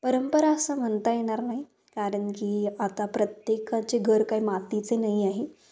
परंपरा असं म्हणता येणार नाही कारण की आता प्रत्येकाचे घर काही मातीचे नाही आहे